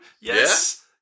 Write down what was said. Yes